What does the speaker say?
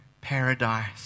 paradise